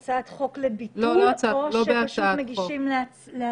יש מערכת ששולחת מסרונים והודעות קוליות לחולים או למגעים.